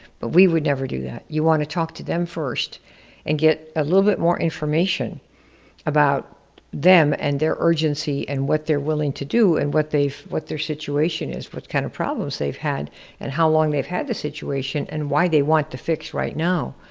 but we would never do that. you wanna talk to them first and get a little bit more information about them and their urgency and what they're willing to do and what their situation is, what kind of problems they've had and how long they've had the situation and why they want to fix right now,